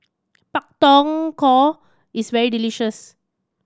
Pak Thong Ko is very delicious